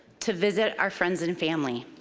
to visit our friends and family?